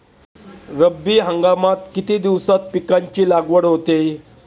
रब्बी हंगामात किती दिवसांत पिकांची लागवड होते?